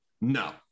No